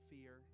Fear